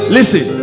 Listen